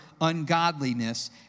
ungodliness